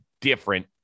different